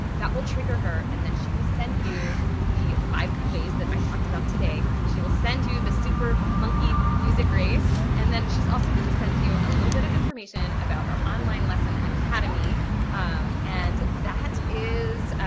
that will trigger her and then she will send you the five ways that i talked about today, she will send you the super monkey music race and then she's also gonna send you a little bit of information about our online lesson academy and that is,